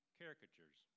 caricatures